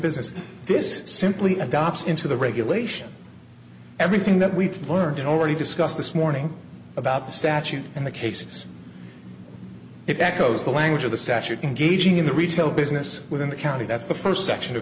business this simply adopts into the regulation everything that we've learned already discussed this morning about the statute and the cases it echoes the language of the statute engaging in the retail business within the county that's the first section of